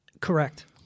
Correct